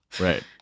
right